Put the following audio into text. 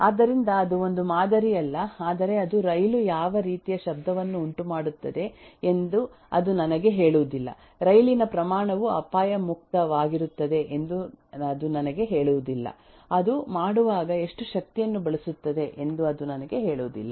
ಆದ್ದರಿಂದ ಅದು ಒಂದು ಮಾದರಿ ಅಲ್ಲ ಆದರೆ ಅದು ರೈಲು ಯಾವ ರೀತಿಯ ಶಬ್ದವನ್ನು ಉಂಟುಮಾಡುತ್ತದೆ ಎಂದು ಅದು ನನಗೆ ಹೇಳುವುದಿಲ್ಲ ರೈಲಿನ ಪ್ರಯಾಣವು ಅಪಾಯ ಮುಕ್ತವಾಗಿರುತ್ತದೆ ಎಂದು ಅದು ನನಗೆ ಹೇಳುವುದಿಲ್ಲ ಅದು ಮಾಡುವಾಗ ಎಷ್ಟು ಶಕ್ತಿಯನ್ನು ಬಳಸುತ್ತದೆ ಎಂದು ಅದು ನನಗೆ ಹೇಳುವುದಿಲ್ಲ